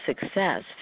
success